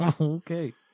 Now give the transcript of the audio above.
Okay